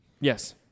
Yes